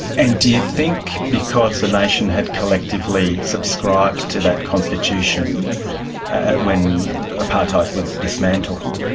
and do you think because the nation had collectively subscribed to that constitution when apartheid was dismantled,